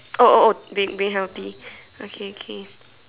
oh oh oh being being healthy okay okay